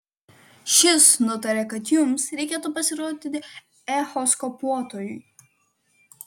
šis nutarė kad jums reikėtų pasirodyti echoskopuotojui